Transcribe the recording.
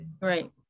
Right